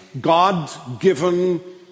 God-given